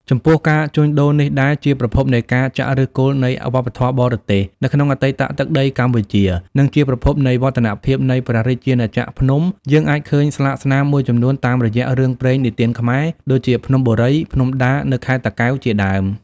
ចំពោះការ ជួញដូរនេះដែរជាប្រភពនៃការចាក់ឫសគល់នៃ វប្បធម៌បរទេស នៅក្នុងអតីតទឹកដី កម្ពុជា និងជាប្រភពនៃវឌ្ឍនភាពនៃព្រះរាជាណាចក្រភ្នំ យើងអាចឃើញស្លាកស្នាម មួយចំនួនតាមរយៈ រឿងព្រេងនិទានខ្មែរ ដូចជាភ្នំបូរី ភ្នំដានៅខេត្តតាកែវជាដើម ។